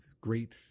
great